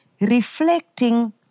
reflecting